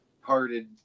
hearted